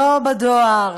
לא בדואר,